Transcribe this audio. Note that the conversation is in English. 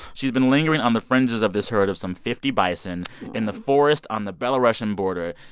she's been lingering on the fringes of this herd of some fifty bison in the forest on the belarusian border.